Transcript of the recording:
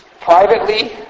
Privately